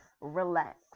Relax